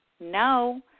no